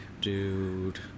dude